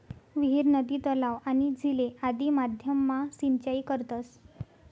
विहीर, नदी, तलाव, आणि झीले आदि माध्यम मा सिंचाई करतस